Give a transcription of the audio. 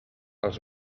els